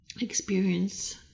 experience